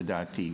לדעתי.